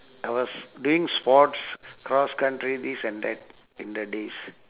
I was doing sports cross country this and that in the days